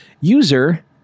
user